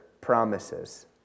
promises